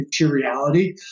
materiality